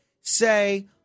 say